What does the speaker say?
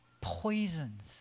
poisons